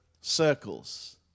circles